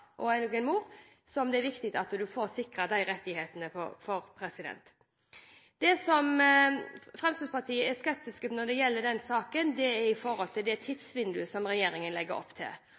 og en mor som det er viktig at man får sikret rettighetene for. Det som Fremskrittspartiet er skeptisk til når det gjelder denne saken, er det tidsvinduet som regjeringen legger opp til.